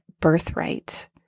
birthright